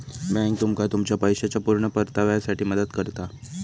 bank तुमका तुमच्या पैशाच्या पुर्ण परताव्यासाठी मदत करता